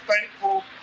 thankful